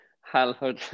Hello